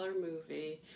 movie